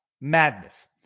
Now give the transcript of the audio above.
madness